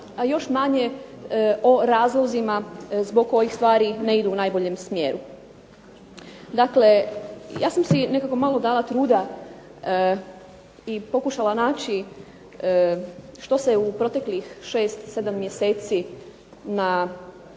a još manje o razlozima zbog kojih stvari ne idu u najboljem smjeru. Dakle, ja sam si nekako malo dala truda i pokušala naći što se u proteklih 6, 7 mjeseci na